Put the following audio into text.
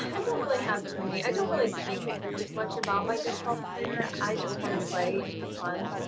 i don't really have too many i don't really think too much about my disc golf career i just want to play and have fun